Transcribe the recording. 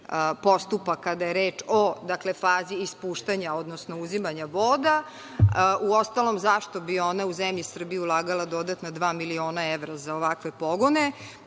postupa kada je reč o fazi ispuštanja, odnosno uzimanja voda. Uostalom, zašto bi ona u zemlji Srbiji ulagala dodatna dva miliona evra za ovakve pogone?